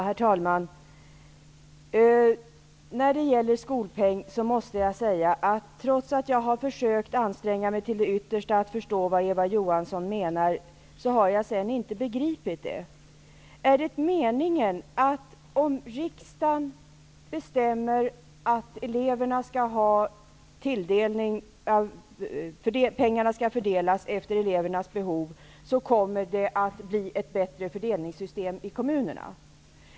Herr talman! Trots att jag har försökt anstränga mig till det yttersta för att förstå vad Eva Johansson menar när det gäller skolpeng har jag inte begripit det. Är det så att om riksdagen bestämmer att pengarna skall fördelas efter elvernas behov kommer fördelningssystemet i kommunerna att bli bättre?